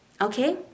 Okay